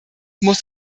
muss